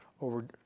over